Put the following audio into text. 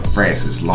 Francis